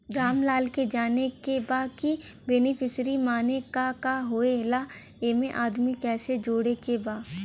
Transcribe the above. रामलाल के जाने के बा की बेनिफिसरी के माने का का होए ला एमे आदमी कैसे जोड़े के बा?